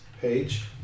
page